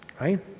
right